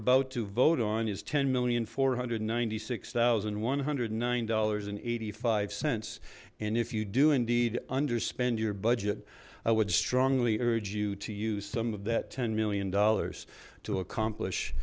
about to vote on is ten million four hundred ninety six thousand one hundred nine dollars and eighty five cents and if you do indeed underspend your budget i would strongly urge you to use some of that ten million dollars to accomplish